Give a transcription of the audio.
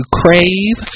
crave